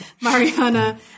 Mariana